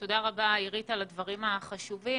תודה רבה, עירית, על הדברים החשובים.